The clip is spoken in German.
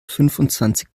fünfundzwanzig